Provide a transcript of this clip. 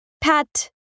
pat